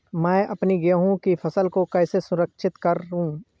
मैं अपनी गेहूँ की फसल को कैसे सुरक्षित करूँ?